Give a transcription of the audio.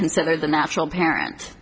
considered the natural parent